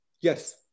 Yes